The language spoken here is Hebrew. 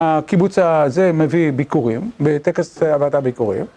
הקיבוץ הזה מביא ביקורים, בטקסט הבאתה ביקורים.